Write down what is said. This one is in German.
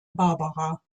barbara